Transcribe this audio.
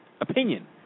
opinion